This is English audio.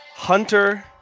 Hunter